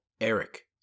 Eric